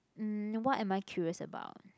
mm what am I curious about